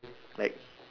like